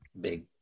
big